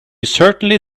certainly